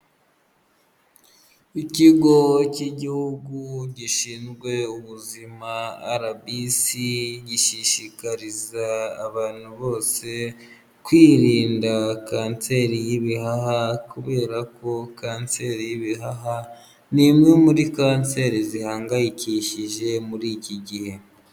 Ikigo cy'igihugu gishinzwe ubuzima RBC gishishikariza abantu bose kwirinda kanseri y'ibihaha, kubera ko kanseri y'ibihaha ni imwe muri kanseri zihangayikishije muri iki gihe.